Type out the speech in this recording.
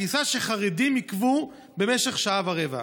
הטיסה ש'חרדים עיכבו במשך שעה ורבע',